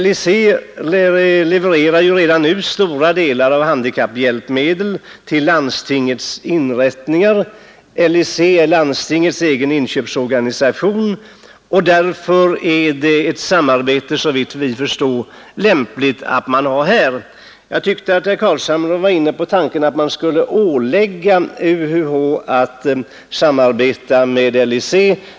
LIC levererar ju redan nu stora delar av handikapphjälpmedel till landstingens inrättningar, LIC är landstingens egen inköpsorganisation, och därför är det såvitt vi förstår lämpligt att man har ett sådant samarbete. Jag tyckte att herr Carlshamre var inne på tanken att utskottets förslag skulle ålägga UUH att samarbeta med LIC.